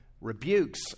rebukes